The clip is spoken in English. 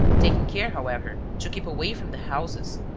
taking care, however, to keep away from the houses,